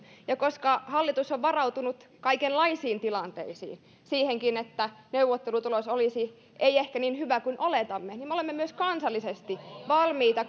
koska hallitus on varautunut kaikenlaisiin tilanteisiin siihenkin että neuvottelutulos ei ehkä olisi niin hyvä kuin oletamme me olemme myös kansallisesti valmiita